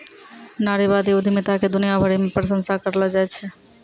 नारीवादी उद्यमिता के दुनिया भरी मे प्रशंसा करलो जाय छै